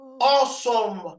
awesome